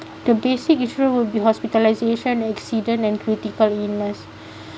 the basic insurance will be hospitalisation accident and critical illness